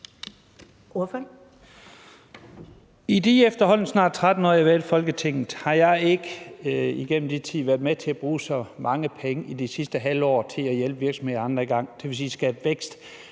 I de efterhånden snart 13 år, jeg har været i Folketinget, har jeg ikke været med til at bruge så mange penge som i det sidste halve år til at hjælpe virksomheder og andre i gang, det vil sige til